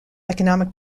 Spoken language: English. economic